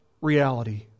reality